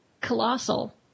Colossal